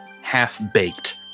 half-baked